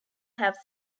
have